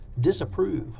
disapprove